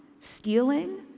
stealing